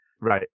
right